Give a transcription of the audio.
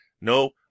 No